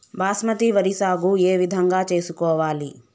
బాస్మతి వరి సాగు ఏ విధంగా చేసుకోవాలి?